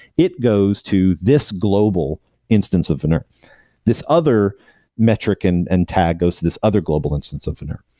it goes to this global instance of veneur this other metric and and tag goes to this other global instance of veneur.